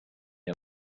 him